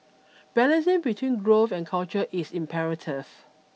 balancing between growth and culture is imperative